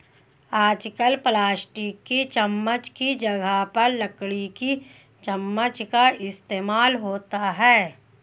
आजकल प्लास्टिक की चमच्च की जगह पर लकड़ी की चमच्च का इस्तेमाल होता है